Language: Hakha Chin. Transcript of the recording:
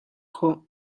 khawh